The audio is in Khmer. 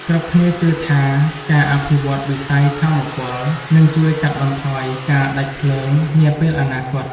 គ្រប់គ្នាជឿថា ការអភិវឌ្ឍន៍វិស័យថាមពលនឹងជួយកាត់បន្ថយការដាច់ភ្លើងនាពេលអនាគត។